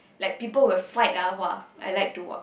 like people will fight ah !wah! I like to watch